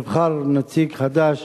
נבחר נציג חדש.